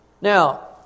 Now